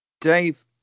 Dave